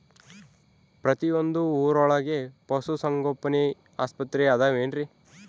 ಪ್ರತಿಯೊಂದು ಊರೊಳಗೆ ಪಶುಸಂಗೋಪನೆ ಆಸ್ಪತ್ರೆ ಅದವೇನ್ರಿ?